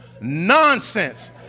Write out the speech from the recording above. nonsense